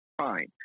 fine